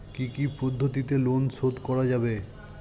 কি কি পদ্ধতিতে লোন শোধ করা যাবে?